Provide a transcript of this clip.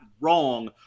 wrong